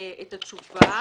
את התשובה